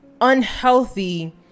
unhealthy